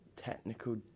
technical